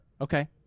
Okay